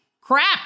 Crap